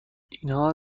اینها